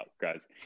guys